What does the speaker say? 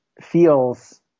feels